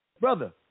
brother